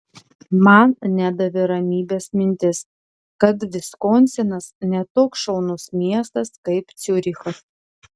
man nedavė ramybės mintis kad viskonsinas ne toks šaunus miestas kaip ciurichas